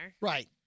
Right